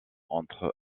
entre